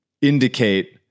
indicate